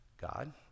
God